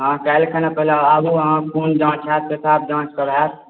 हाँ काल्हि खुना अहाँ आबू पहिने खून जाॅंच होयत पेशाब जाॅंच सब होयत